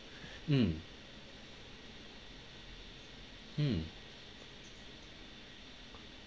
mm mm